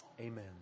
Amen